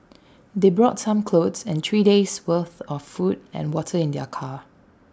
they brought some clothes and three days' worth of food and water in their car